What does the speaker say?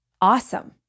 awesome